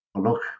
Look